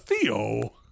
theo